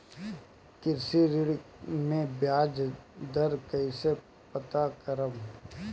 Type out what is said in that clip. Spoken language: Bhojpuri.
कृषि ऋण में बयाज दर कइसे पता करब?